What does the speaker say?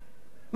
מה אתם חושבים,